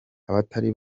abatari